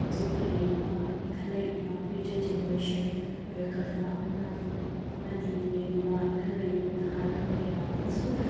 ꯍꯧꯖꯤꯛ ꯂꯩꯔꯤꯕ ꯏꯟꯈꯠꯂꯛꯂꯏꯕ ꯐ꯭ꯌꯨꯆꯔ ꯖꯦꯅꯦꯔꯦꯁꯟ ꯑꯣꯏꯔꯛꯀꯗꯕ ꯑꯉꯥꯡ ꯑꯃꯗꯤ ꯂꯩꯔꯤꯕ ꯏꯟꯈꯠꯂꯛꯏꯕ ꯅꯥꯍꯥꯔꯣꯜ ꯀꯌꯥ ꯑꯃꯁꯨ